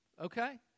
okay